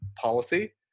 policy